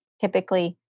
typically